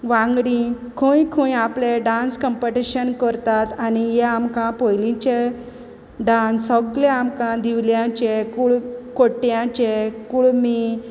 वांगडी खंय खंय आपले डांस कंपटेशन करतात आनी ये आमकां पोयलींचे डांस सोगले आमकां दिवल्यांचे कुळ कोट्ट्यांचे कुळमी